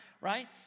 right